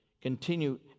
continue